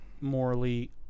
morally